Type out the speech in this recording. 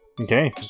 okay